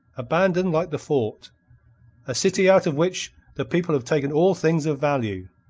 abandoned like the fort a city out of which the people have taken all things of value.